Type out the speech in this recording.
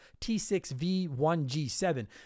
t6v1g7